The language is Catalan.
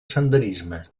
senderisme